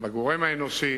בגורם האנושי